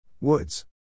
Woods